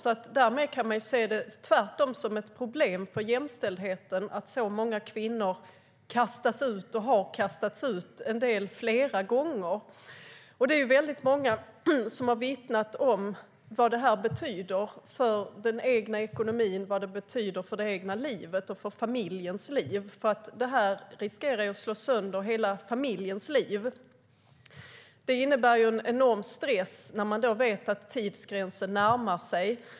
Man kan tvärtom se det som ett problem för jämställdheten att så många kvinnor kastas ut och har kastats ut, och en del flera gånger. Det är väldigt många som har vittnat om vad det betyder för den egna ekonomin, det egna livet och för familjens liv. Det riskerar att slå sönder hela familjens liv. Det innebär en enorm stress när man vet att tidsgränsen närmar sig.